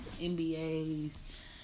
NBA's